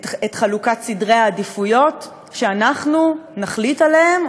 את חלוקת סדרי העדיפויות שאנחנו נחליט עליהם,